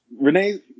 Renee